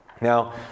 Now